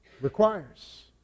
requires